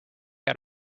out